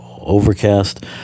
Overcast